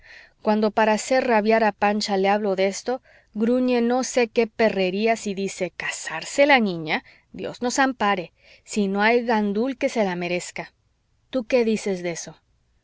cuando para hacer rabiar a pancha le hablo de esto gruñe no sé qué perrerías y dice casarse la niña dios nos ampare si no hay gandul que se la merezca tú qué dices de eso